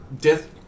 Death